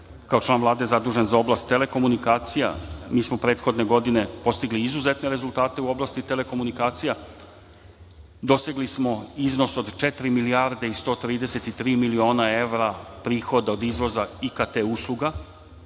kao član Vlade zadužen za oblast telekomunikacija. Mi smo prethodne godine postigli izuzetne rezultate u oblasti telekomunikacija, dostigli smo iznos od četiri milijarde i 133 miliona evra prihoda od izvoza IKT usluga.